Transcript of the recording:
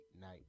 night